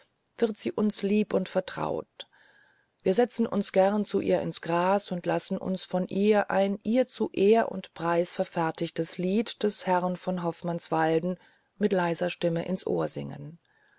wird sie uns lieb und vertraut wir setzen uns gern zu ihr ins gras und lassen uns ein ihr zu ehr und preis verfertigtes lied des herrn von hofmannswaldau mit leiser stimme ins ohr singen